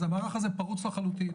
אז המערך הזה פרוץ לחלוטין.